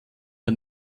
der